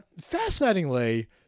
fascinatingly